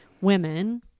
women